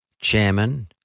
chairman